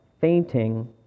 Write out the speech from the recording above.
fainting